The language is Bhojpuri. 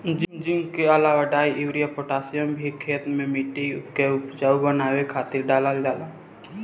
जिंक के अलावा डाई, यूरिया, पोटैशियम भी खेते में माटी के उपजाऊ बनावे खातिर डालल जाला